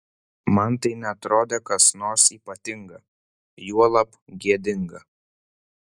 man tai neatrodė kas nors ypatinga juolab gėdinga